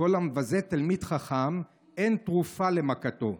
כל המבזה תלמיד חכם אין תרופה למכתו.